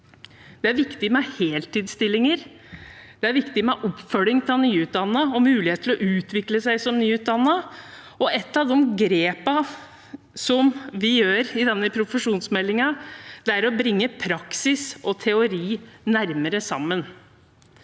Det er viktig med heltidsstillinger, det er viktig med oppfølging av nyutdannede og mulighet til å utvikle seg som nyutdannet. Et av grepene vi tar i denne profesjonsmeldingen, er å bringe praksis og teori nærmere sammen.